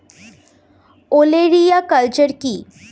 ওলেরিয়া কালচার কি?